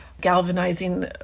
galvanizing